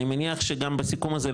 אני מניח שגם בסיכום הזה,